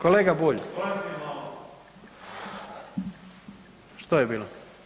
Kolega Bulj, ... [[Upadica se ne čuje.]] što je bilo?